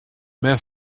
men